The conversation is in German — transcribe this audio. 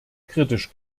kritisch